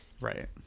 Right